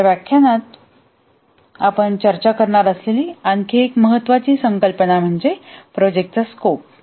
या व्याख्यानात आपण चर्चा करणार असलेली आणखी एक महत्त्वाची संकल्पना म्हणजे प्रोजेक्टचा स्कोप